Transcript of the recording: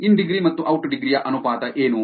ಇನ್ degree ಮತ್ತು out degree ಯ ಅನುಪಾತ ಏನು